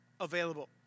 available